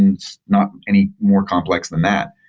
it's not any more complex than that.